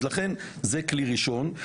לכן זה הכלי הראשון.